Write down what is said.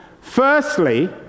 Firstly